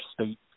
state